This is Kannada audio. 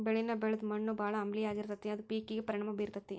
ಬೆಳಿನ ಬೆಳದ ಮಣ್ಣು ಬಾಳ ಆಮ್ಲೇಯ ಆಗಿರತತಿ ಅದ ಪೇಕಿಗೆ ಪರಿಣಾಮಾ ಬೇರತತಿ